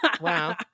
Wow